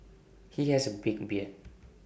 he has A big beard